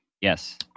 Yes